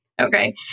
Okay